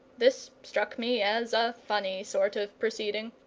this struck me as a funny sort of proceeding.